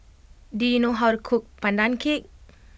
do you know how to cook Pandan Cake